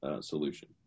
solution